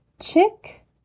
Chick